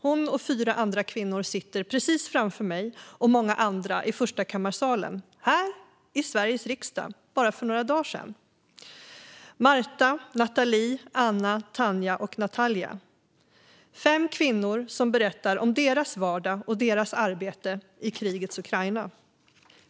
Hon och fyra andra kvinnor satt precis framför mig och många andra i förstakammarsalen här i Sveriges riksdag bara för några dagar sedan: Martha, Natalie, Anna, Tanja och Natalia - fem kvinnor som berättar om sin vardag och sitt arbete i krigets Ukraina.